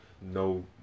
no